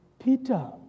Peter